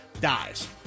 dies